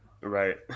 Right